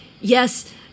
yes